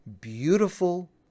beautiful